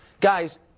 Guys